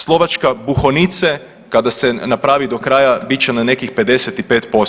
Slovačka Bohunice kada se napravi do kraja bit će na nekih 55%